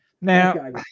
Now